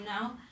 now